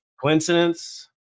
coincidence